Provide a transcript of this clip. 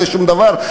זה שום דבר.